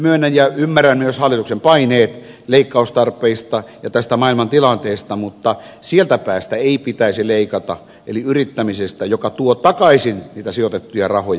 myönnän ja ymmärrän myös hallituksen paineet leikkaustarpeista ja tästä maailman tilanteesta mutta sieltä päästä ei pitäisi leikata eli yrittämisestä joka tuo takaisin niitä sijoitettuja rahoja